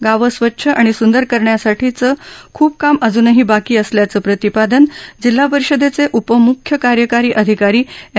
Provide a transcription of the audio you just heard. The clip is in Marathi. गावं स्वच्छ आणि सुंदर करण्यासाठीचं खूप काम अजूनही बाकी असल्याचं प्रतिपादन जिल्हा परिषदेचे उपमुख्य कार्यकारी अधिकारी एम